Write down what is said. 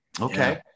Okay